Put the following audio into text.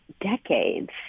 decades